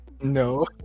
No